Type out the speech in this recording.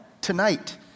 tonight